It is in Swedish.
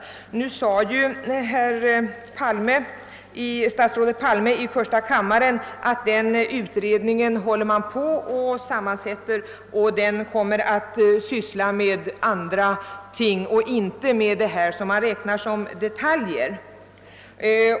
Statsrådet Palme sade i första kammaren att utredningen håller på att sammansättas och att den nog kommer att ägna sig åt andra ting och inte åt dessa som räknas som detaljer.